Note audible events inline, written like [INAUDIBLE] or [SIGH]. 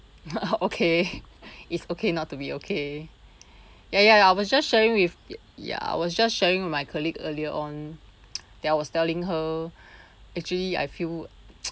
[LAUGHS] okay it's okay not to be okay ya ya ya I was just sharing with ya I was just sharing my colleague earlier on [NOISE] that I was telling her actually I feel [NOISE]